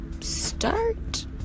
start